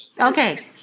okay